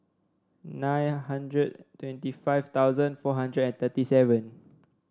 nine hundred twenty five thousand four hundred and thirty seven